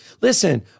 Listen